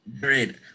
Great